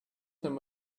them